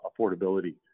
affordability